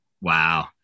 Wow